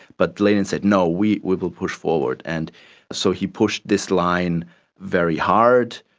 but lenin said no, we we will push forward. and so he pushed this line very hard,